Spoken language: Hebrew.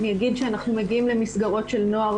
אני אגיד שאנחנו מגיעים למסגרות של נוער